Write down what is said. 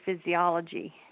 physiology